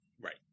right